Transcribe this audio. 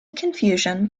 confusion